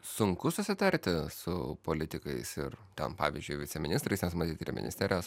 sunku susitarti su politikais ir ten pavyzdžiui viceministrais nes matyt ir ministerijos